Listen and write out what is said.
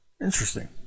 Interesting